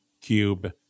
cube